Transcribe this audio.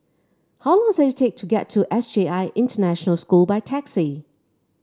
how long is it take to get to S J I International School by taxi